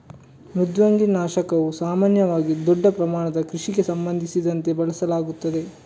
ಮೃದ್ವಂಗಿ ನಾಶಕವು ಸಾಮಾನ್ಯವಾಗಿ ದೊಡ್ಡ ಪ್ರಮಾಣದ ಕೃಷಿಗೆ ಸಂಬಂಧಿಸಿದಂತೆ ಬಳಸಲಾಗುತ್ತದೆ